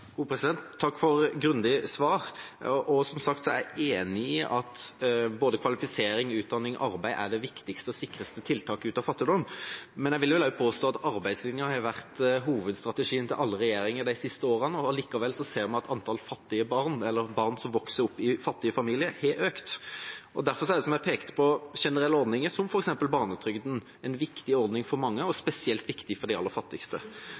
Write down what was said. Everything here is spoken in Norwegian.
for grundig svar. Som sagt er jeg enig i at kvalifisering, utdanning og arbeid er det viktigste og sikreste tiltaket ut av fattigdom, men jeg vil likevel påstå at arbeidslinja har vært hovedstrategien til alle regjeringene de siste årene. Likevel ser vi at antall barn som vokser opp i fattige familier, har økt. Derfor er, som jeg pekte på, generelle ordninger som f.eks. barnetrygden viktig for mange, og spesielt viktig for de aller fattigste.